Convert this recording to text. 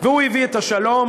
והוא הביא את השלום,